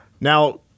Now